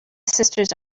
sisters